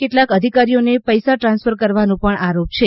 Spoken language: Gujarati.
કેટલાક અધિકારીઓને પૈસા ટ્રાન્સફર કરવાનો પણ આરોપ છે